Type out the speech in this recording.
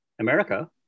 America